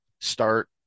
start